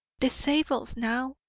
the zabels, now!